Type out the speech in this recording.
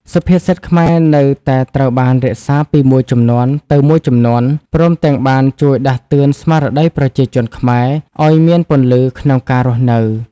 សុភាសិតខ្មែរនៅតែត្រូវបានរក្សាពីមួយជំនាន់ទៅមួយជំនាន់ ព្រមទាំងបានជួយដាស់តឿនស្មារតីប្រជាជនខ្មែរឲ្យមានពន្លឺក្នុងការរស់នៅ។